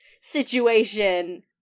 situation